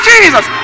Jesus